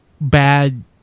bad